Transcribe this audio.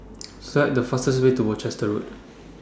Select The fastest Way to Worcester Road